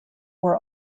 were